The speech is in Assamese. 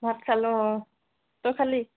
ভাত খালোঁ অ' তই খালি